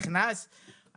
אני תיקנתי במינהל,